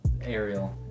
Ariel